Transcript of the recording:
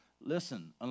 Listen